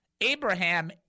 Abraham